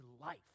life